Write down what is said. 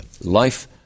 Life